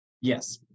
Yes